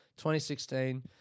2016